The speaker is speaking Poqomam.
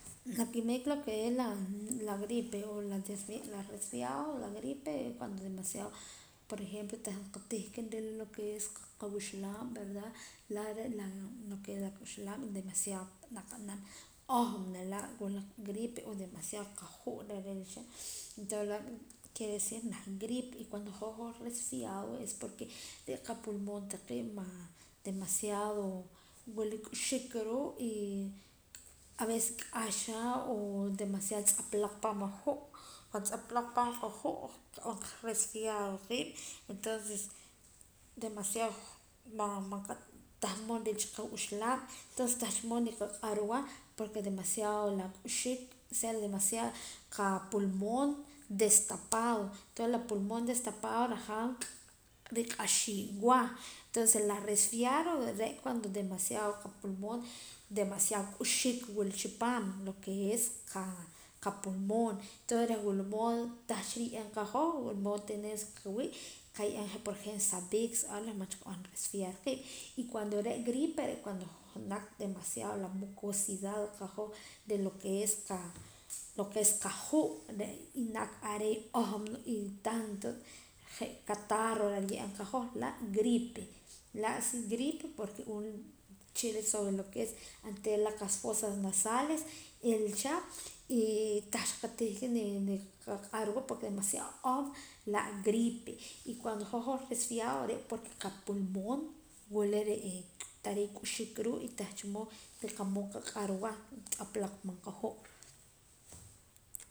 La kimik lo que es la gripe o la resfriado o gripe re' cuando demasiado por ejemplo tah mood tihqa lo que es awuxlaam la lo que es la la lo que es la ojma laa' la gripe demasiado qaju' entonces quiere decir reh gripe y cuando hoj resfriado es porque re' qa pulmon taqee' demmasiado wila k'uxiik ruu' y aveces q'axaa o demasiado tz'aplaaq paam aju' resfriado qiib' entonces demasiado tah nri'la cha quxlaam entonces tah cha mood ni qaq'orwa porque demasiado la k'uxiik demasiado qapulmon destapado entonces la pulmon destapado qajaam riq'axiim wa entonces la resfriado re' cuando demasiado qapulmon demasiado k'uxiik wila chipaam lo que es qapulmon entonces reh wula mood tah cha ri'ye'eem qahoj qaye'eem sa vicks y cuando re gripe re' cuando demasiado la mucosidad de lo que es la qaju' y naak are' ojm y tanto je' catarro riye'eem qahoj la gripela si gripe porque um chila sobre lo que es oontera la qafosas nasales ilcha y tah cha qatihqa qaq'arwa demasiado ojm la gripe y cuando hoj resfriando re' cuando re' qapulmon wila tareey k'uxiik ruu'.